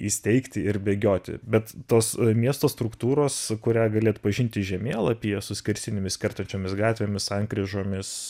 įsteigti ir bėgioti bet tos miesto struktūros kurią gali atpažinti žemėlapyje su skersinėmis kertančiomis gatvėmis sankryžomis